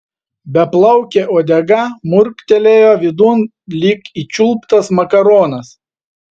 beplaukė uodega murktelėjo vidun lyg įčiulptas makaronas